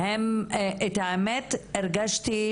שהמחוקק חייב לשים לב אליה,